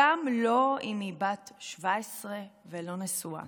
גם לא אם היא בת 17 ולא נשואה.